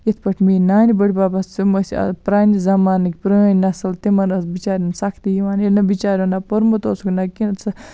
یِتھ میٲنۍ نانہِ بٕڈبَب ٲسۍ تِم ٲسۍ پرانہِ زَمانٕکۍ پرٲنۍ نسل تِمَن ٲس بِچارٮ۪ن سَختی یِوان ییٚلہِ نہٕ بِچارٮ۪ن نہَ پوٚرمُت اوسُکھ نہَ کینٛہہ